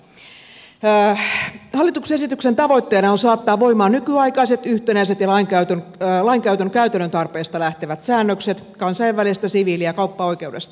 hallituksen esityksen tavoitteena on saattaa voimaan nykyaikaiset yhtenäiset ja lainkäytön käytännön tarpeista lähtevät säännökset kansainvälisestä siviili ja kauppaoikeudesta